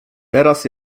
teraz